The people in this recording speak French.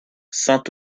saint